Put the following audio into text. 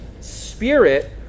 Spirit